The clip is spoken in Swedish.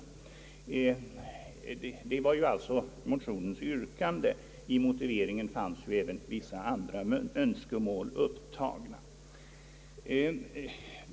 Detta var alltså motionernas yrkande. I motiveringen fanns sedan även vissa andra önskemål angivna.